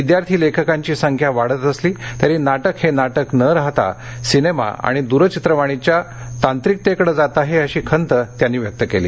विद्यार्थी लेखकांची संख्या वाढत असली तरी नाक्रि हे नाक्रि न राहता सिनेमा आणि दूरचित्रवाणीच्या तांत्रिकतेकडे जात आहे अशी खंत त्यांनी व्यक्त केली